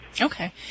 Okay